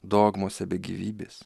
dogmose be gyvybės